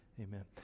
Amen